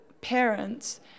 parents